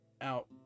out